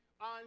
on